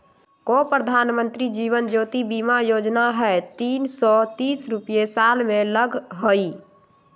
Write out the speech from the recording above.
गो प्रधानमंत्री जीवन ज्योति बीमा योजना है तीन सौ तीस रुपए साल में लगहई?